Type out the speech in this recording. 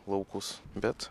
laukus bet